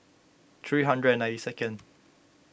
three hundred and ninety second